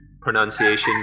pronunciation